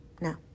No